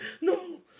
No